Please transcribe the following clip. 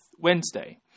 Wednesday